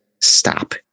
stop